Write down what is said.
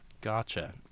Gotcha